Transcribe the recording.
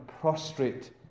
prostrate